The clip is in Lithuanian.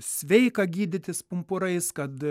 sveika gydytis pumpurais kad